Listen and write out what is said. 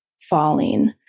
falling